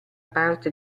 parte